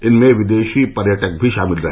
इनमें विदेशी पर्यटक भी शामिल रहे